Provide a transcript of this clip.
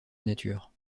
nature